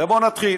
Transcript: בוא נתחיל.